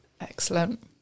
excellent